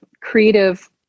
creative